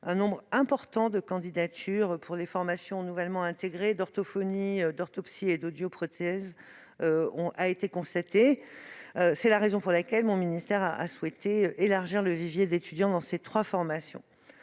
un nombre important de candidatures pour les formations nouvellement intégrées aux diplômes d'orthophoniste, d'orthoptiste et d'audioprothésiste a été constaté. C'est la raison pour laquelle mon ministère a souhaité élargir le vivier d'étudiants dans ces trois formations.